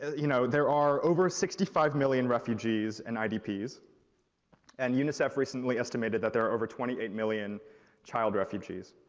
you know, there are over sixty five million refugees and idps. and unicef recently estimated that there are over twenty eight million child refugees.